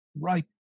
Right